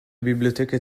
biblioteche